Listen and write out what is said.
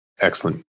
Excellent